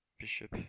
Bishop